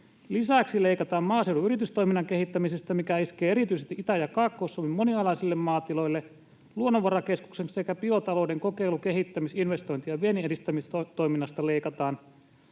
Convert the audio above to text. Lisäksi leikataan maaseudun yritystoiminnan kehittämisestä, mikä iskee erityisesti Itä- ja Kaakkois-Suomen monialaisille maatiloille. Luonnonvarakeskuksen sekä biotalouden kokeilu‑, kehittämis‑, investointi- ja vienninedistämistoiminnasta leikataan.